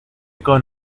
con